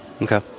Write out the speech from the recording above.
Okay